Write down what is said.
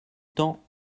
temps